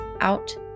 out